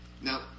Now